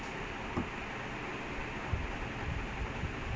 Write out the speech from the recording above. but he'll drag two defenders' with him so he'll make space for like thomas muller